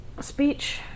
speech